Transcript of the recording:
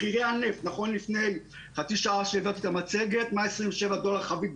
מחירי הנפט נכון לפני חצי שעה - 127 דולר חבית,